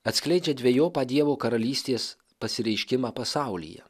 atskleidžia dvejopą dievo karalystės pasireiškimą pasaulyje